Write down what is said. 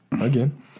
Again